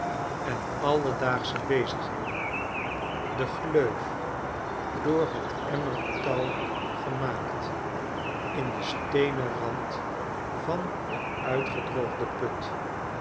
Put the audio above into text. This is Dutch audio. en alledaagschebezigheden de gleuf door het emmertouw gemaakt in den steenen rand van den uitgedroogden put